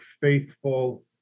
faithful